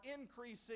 increasing